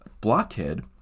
Blockhead